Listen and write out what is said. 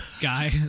guy